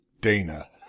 Dana